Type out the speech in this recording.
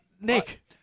Nick